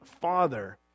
father